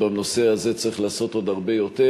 נדמה לי שבנושא הזה צריך לעשות עוד הרבה יותר,